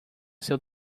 seu